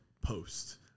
post